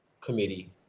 committee